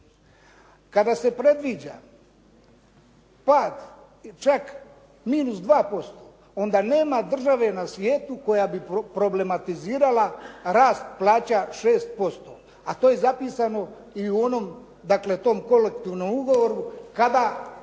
Kada se predviđa pad i čak minus 2% onda nema države na svijetu koja bi problematizirala rast plaća 6% a to je zapisano i u onom, dakle, u tom kolektivnom ugovoru kada